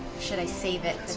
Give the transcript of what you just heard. should i save it?